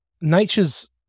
nature's